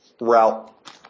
route